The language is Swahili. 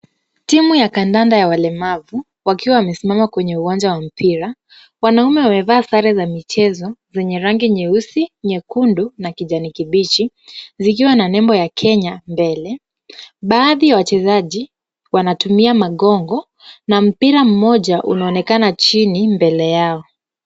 Timu ya kadanda ya walemavu wakiwa wamesimama kwenye uwanja wa mipira. Wanaume wamevaa sare za michezo zenye rangi nyeusi, nyekundu na kijani kibichi zikiwa na nembo ya Kenya mbele. Baadhi ya wachezaji wanatumia magongo na mpira moja unaonekana chini mbele yao.